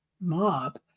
mob